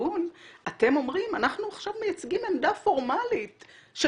כארגון אתם אומרים שאתם מייצגים עמדה פורמלית של